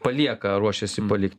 palieka ruošiasi palikt